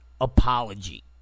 apology